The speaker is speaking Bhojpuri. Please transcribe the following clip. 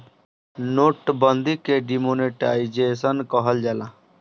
नोट बंदी के डीमोनेटाईजेशन कहल जाला